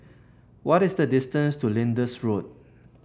what is the distance to Lyndhurst Road